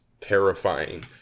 terrifying